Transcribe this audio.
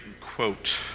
quote